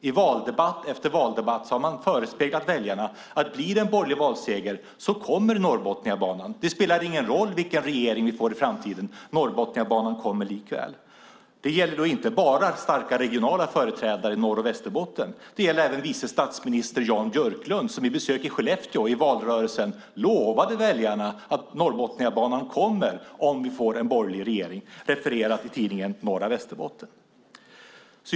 I valdebatt efter valdebatt har man förespeglat väljarna att om det blir en borgerlig valseger kommer Norrbotniabanan: Det spelar ingen roll vilken regering vi får i framtiden - Norrbotniabanan kommer likväl. Det gäller inte bara starka regionala företrädare i Norr och Västerbotten. Det gäller även vice statsminister Jan Björklund, som vid besök i Skellefteå i valrörelsen lovade väljarna att Norrbotniabanan kommer om det blir en borgerlig regering. Det är refererat i tidningen Norra Västerbotten.